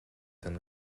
than